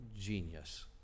genius